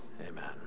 Amen